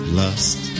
lust